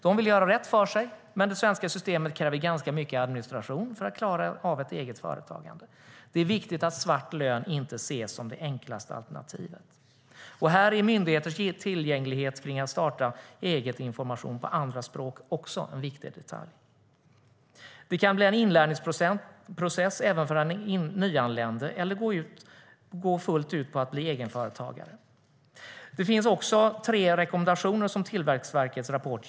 De vill göra rätt för sig, men det svenska systemet kräver ganska mycket administration för den som vill ägna sig åt eget företagande. Det är viktigt att svart lön inte ses som det enklaste alternativet. Här är tillgången hos myndigheter när det gäller information på andra språk om att starta eget också en viktig detalj. Det kan bli en inlärningsprocess även för den nyanlände, eller man kan satsa fullt ut på att bli egenföretagare. Det finns också tre rekommendationer i Tillväxtverkets rapport.